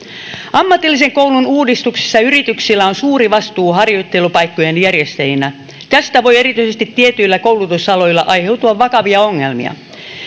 ammatillisen koulun uudistuksissa yrityksillä on suuri vastuu harjoittelupaikkojen järjestäjinä tästä voi erityisesti tietyillä koulutusaloilla aiheutua vakavia ongelmia